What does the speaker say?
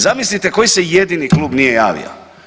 Zamislite koji se jedini klub nije javio?